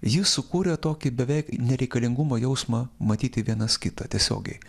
ji sukūrė tokį beveik nereikalingumo jausmą matyti vienas kitą tiesiogiai